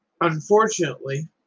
unfortunately